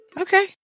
okay